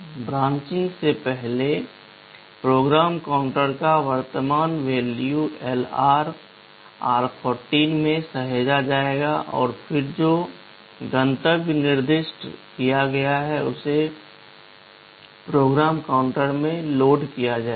branching से पहले PC का वर्तमान वैल्यू एलआर आर 14 में सहेजा जाएगा और फिर जो गंतव्य निर्दिष्ट किया गया है उसे PC में लोड किया जाएगा